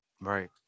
Right